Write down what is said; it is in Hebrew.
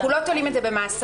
אנחנו לא תולים את זה במאסר,